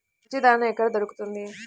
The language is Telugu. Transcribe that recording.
మంచి దాణా ఎక్కడ దొరుకుతుంది?